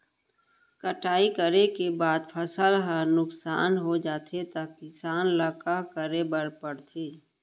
कटाई करे के बाद फसल ह नुकसान हो जाथे त किसान ल का करे बर पढ़थे?